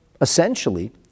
essentially